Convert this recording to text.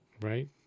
right